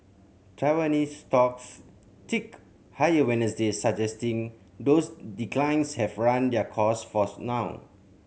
Taiwanese stocks ticked higher Wednesday suggesting those declines have run their course forth now